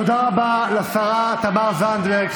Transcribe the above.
תודה רבה לשרה תמר זנדברג.